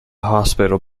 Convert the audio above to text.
hospital